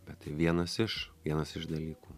bet tai vienas iš vienas iš dalykų